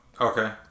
Okay